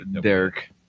Derek